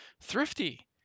thrifty